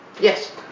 Yes